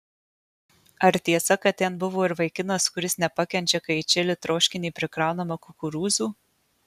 ar tiesa kad ten buvo ir vaikinas kuris nepakenčia kai į čili troškinį prikraunama kukurūzų